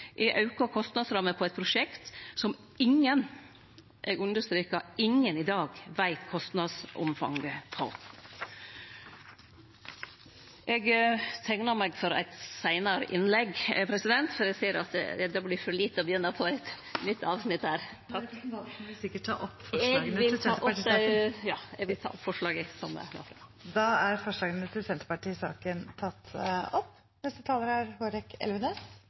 på eit prosjekt som ingen – eg understreker ingen – i dag veit kostnadsomfanget på. Eg teiknar meg for eit seinare innlegg, for eg ser at det vert for lite tid til å begynne på eit nytt avsnitt her. Eg vil ta opp forslaget frå Senterpartiet og forslaget Senterpartiet har saman med SV. Representanten Liv Signe Navarsete har tatt opp